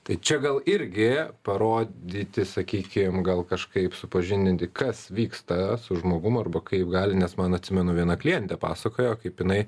tai čia gal irgi parodyti sakykim gal kažkaip supažindinti kas vyksta su žmogum arba kaip gali nes man atsimenu viena klientė pasakojo kaip jinai